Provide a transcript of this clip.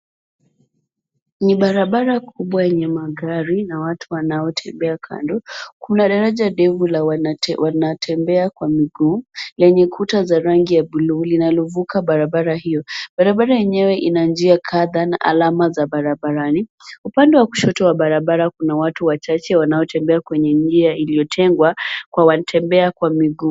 Ni barabara kubwa yenye magari na watu wanaotembea. Kando kuna daraja ndefu la wanatembea kwa miguu lenye kuta za rangi ya buluu linalovuka barabara hiyo. Barabara yenyewe ina njia kadha na alama za barabarani. Upande wa kushoto wa barabara kuna watu wachache wanaotembea kwenye njia iliyotengwa kwa watembea kwa miguu.